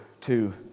two